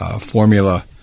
formula